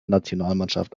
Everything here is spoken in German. nationalmannschaft